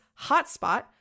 hotspot